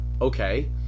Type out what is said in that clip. okay